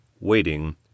waiting